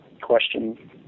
question